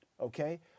okay